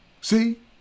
see